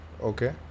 okay